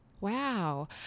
Wow